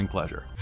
Pleasure